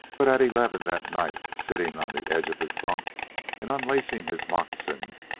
but at eleven that night, sitting on the edge of his bunk and unlacing his moccasins,